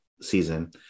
season